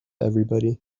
everybody